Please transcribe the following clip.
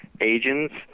agents